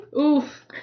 Oof